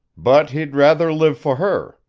but he'd rather live for her,